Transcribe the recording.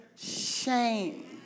shame